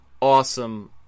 awesome